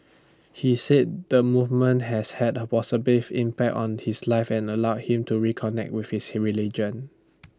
he said the movement has had A positive impact on his life and allow him to reconnect with his religion